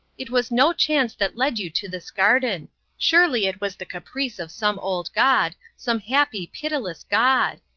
it was no chance that led you to this garden surely it was the caprice of some old god, some happy, pitiless god.